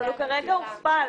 את זה הבנו אבל הוא כרגע הוכפל.